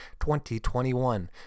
2021